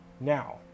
now